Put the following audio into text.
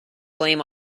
blame